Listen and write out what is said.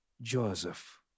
Joseph